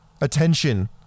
attention